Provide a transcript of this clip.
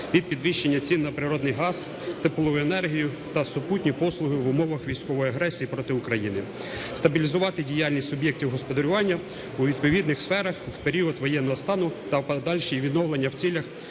від підвищення цін на природний газ, теплову енергію та супутні послуги в умовах військової агресії проти України, стабілізувати діяльність суб'єктів господарювання у відповідних сферах в період воєнного стану та подальше відновлення в цілях